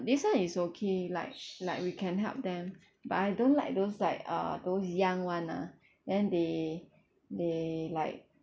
this [one] is okay like like we can help them but I don't like those like uh those young [one] ah then they they like